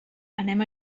anem